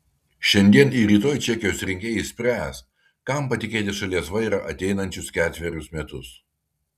šiandien ir rytoj čekijos rinkėjai spręs kam patikėti šalies vairą ateinančius ketverius metus